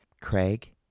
Craig